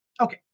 Okay